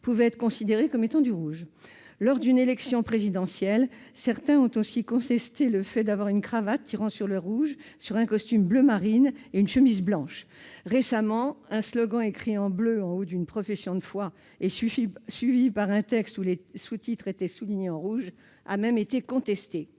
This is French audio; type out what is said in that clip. pouvait être considérée comme étant du rouge. Lors d'une élection présidentielle, certains ont aussi contesté le fait d'avoir une cravate tirant sur le rouge avec un costume bleu marine et une chemise blanche. Récemment, un slogan écrit en bleu en haut d'une profession de foi et suivi par un texte, où les sous-titres étaient soulignés en rouge, a même été contesté.